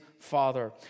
Father